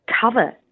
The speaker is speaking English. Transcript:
cover